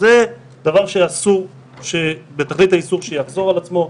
זה דבר שאסור בתכלית האיסור שיחזור על עצמו.